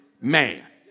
man